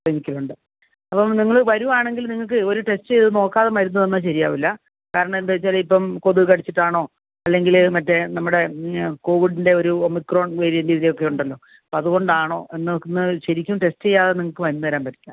ക്ലിനിക്കിലുണ്ട് അപ്പോൾ നിങ്ങൾ വരുകയാണെങ്കിൽ നിങ്ങൾക്ക് ഒരു ടെസ്റ്റ് ചെയ്ത് നോക്കാതെ മരുന്ന് തന്നാൽ ശരിയാവില്ല കരണം എന്താണെന്ന് വച്ചാൽ ഇപ്പോൾ കൊതുകു കടിച്ചിട്ടാണോ അല്ലെങ്കിൽ മറ്റേ നമ്മുടെ കോവിഡിൻ്റെ ഒരു ഒമിക്രോൺ വെരിയൻറ്റിൻ്റെ ഒക്കെ ഉണ്ടല്ലോ അതുകൊണ്ട് ആണോ ശരിക്കും ടെസ്റ്റ് ചെയ്യാതെ നിങ്ങൾക്ക് മരുന്ന് തരാൻ പറ്റില്ല